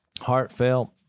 heartfelt